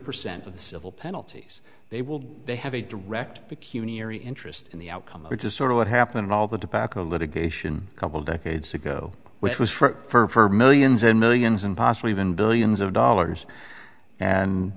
percent of the civil penalties they will they have a direct interest in the outcome which is sort of what happened all the dipak a litigation couple decades ago which was for millions and millions and possibly even billions of dollars and